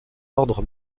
ordre